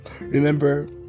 Remember